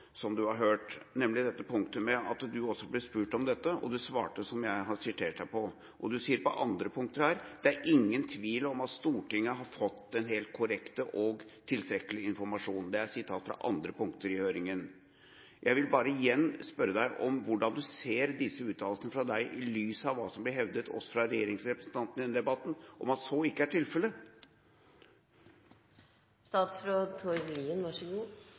som statsråden har hørt – nemlig det punktet at statsråden ble spurt om dette. Han svarte, som jeg har sitert ham på, og han sier på andre punkter: Det er ingen tvil om at Stortinget har fått den helt korrekte og tilstrekkelige informasjon – det er referat fra andre punkter i høringa. Jeg vil igjen bare spørre statsråden om hvordan han ser på sine uttalelser – i lys av hva som er blitt hevdet av regjeringsrepresentantene i denne debatten, at så ikke er